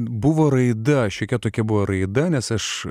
buvo raida šiokia tokia buvo raida nes aš